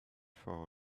for